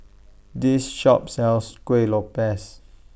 This Shop sells Kueh Lopes